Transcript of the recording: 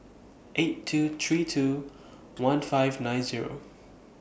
eight two three two one five nine Zero